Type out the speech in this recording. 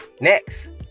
Next